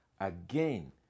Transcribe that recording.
again